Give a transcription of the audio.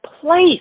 place